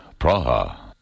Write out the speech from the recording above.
Praha